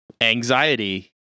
anxiety